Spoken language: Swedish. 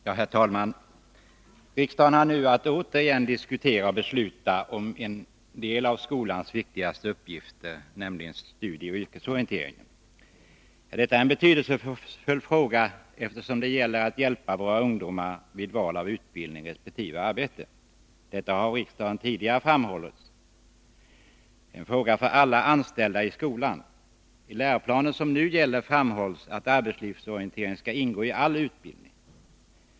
Herr talman! Riksdagen har nu att åter diskutera och besluta om en del av skolans viktigaste uppgifter, nämligen studieoch yrkesorienteringen. Detta är en betydelsefull fråga, eftersom det gäller att hjälpa våra ungdomar vid val avutbildning resp. arbete. Detta har av riksdagen tidigare framhållits vara en fråga för alla anställda i skolan. I den läroplan som nu gäller betonas att arbetslivsorientering skall ingå i all undervisning.